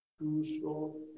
crucial